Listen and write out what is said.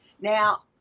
now